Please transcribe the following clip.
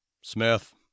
Smith